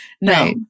No